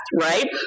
right